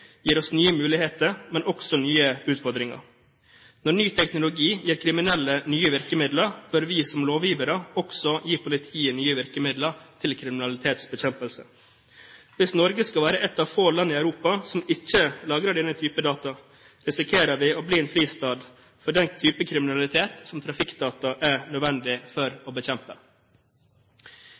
gir oss nye muligheter, men også nye utfordringer. Når ny teknologi gir kriminelle nye virkemidler, bør vi som lovgivere også gi politiet nye virkemidler til kriminalitetsbekjempelse. Hvis Norge skal være et av få land i Europa som ikke lagrer denne type data, risikerer vi å bli en fristad for den type kriminalitet som trafikkdata er nødvendig for å bekjempe.